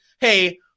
hey